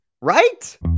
Right